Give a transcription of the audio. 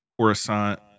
Coruscant